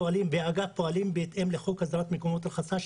פועלים בהתאם לחוק הסדרת מקומות רחצה,